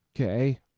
Okay